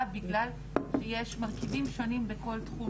בגלל שיש מרכיבים שונים בין כל תחום,